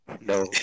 No